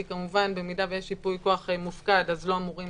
כי כמובן אם יש ייפוי כוח מופקד אז לא אמורים